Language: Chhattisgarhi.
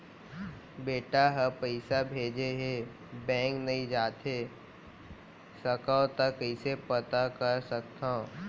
बेटा ह पइसा भेजे हे बैंक नई जाथे सकंव त कइसे पता कर सकथव?